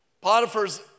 Potiphar's